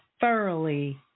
thoroughly